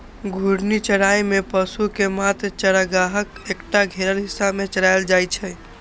घूर्णी चराइ मे पशु कें मात्र चारागाहक एकटा घेरल हिस्सा मे चराएल जाइ छै